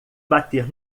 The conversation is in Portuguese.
bater